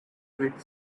wit